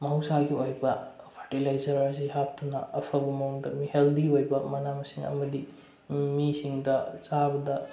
ꯃꯍꯧꯁꯥꯒꯤ ꯑꯣꯏꯕ ꯐꯇꯤꯂꯥꯏꯖꯔ ꯑꯁꯤ ꯍꯥꯞꯇꯨꯅ ꯑꯐꯕ ꯃꯑꯣꯡꯗ ꯍꯦꯜꯗꯤ ꯑꯣꯏꯕ ꯃꯅꯥ ꯃꯁꯤꯡ ꯑꯃꯗꯤ ꯃꯤꯁꯤꯡꯗ ꯆꯥꯕꯗ